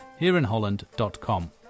hereinholland.com